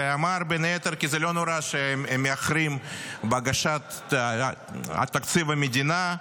ואמר בין היתר כי זה לא נורא שהם מאחרים בהגשת תקציב המדינה,